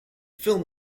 film